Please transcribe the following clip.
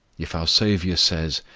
if our saviour says,